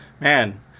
man